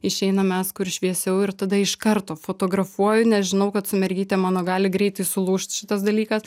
išeinam mes kur šviesiau ir tada iš karto fotografuoju nes žinau kad su mergytėm mano gali greitai sulūžt šitas dalykas